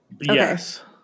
Yes